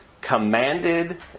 commanded